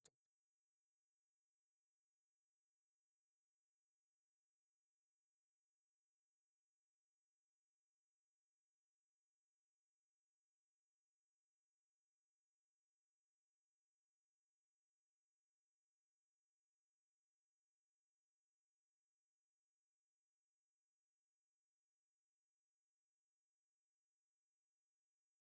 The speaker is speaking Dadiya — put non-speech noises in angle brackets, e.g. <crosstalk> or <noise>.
Suk suk nyo <noise> nəngɔ mə kɔi nəngɔ la mə ya mam məndi a biyel fʊwami, biyel fʊwammɔ mi ka jəlwɔ dwam ni ja dəggən təgɔ ja mʊrka gən ja swi nəni jə bɔ ni wasako kʊsini ja dʊwɔ gən ja ta təgoi nəngɔ a yəlam biyel tekanumu a daa mə wɔ.